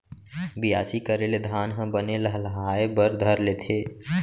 बियासी करे ले धान ह बने लहलहाये बर धर लेथे